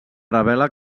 revela